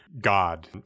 God